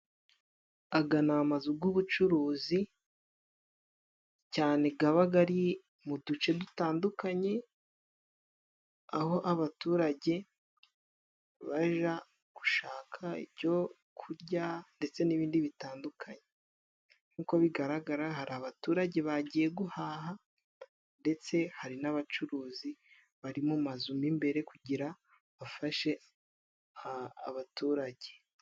Aya ni amazu y'ubucuruzi, cyane aba ari mu duce dutandukanye, aho abaturage bajya gushaka ibyo kurya ndetse n'ibindi bitandukanye. Nk'uko bigaragara hari abaturage bagiye guhaha, ndetse hari n'abacuruzi bari mu mazu mo imbere kugira ngo bafashe abaturage.